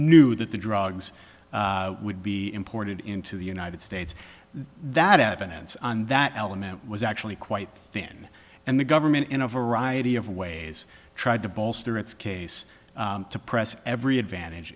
knew that the drugs would be imported into the united states that evidence on that element was actually quite thin and the government in a variety of ways tried to bolster its case to press every advantage